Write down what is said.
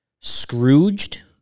scrooged